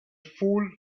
fool